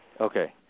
Okay